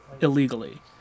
illegally